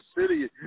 City